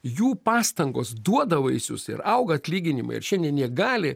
jų pastangos duoda vaisius ir auga atlyginimai ir šiandien jie gali